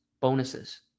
Bonuses